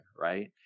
right